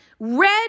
Red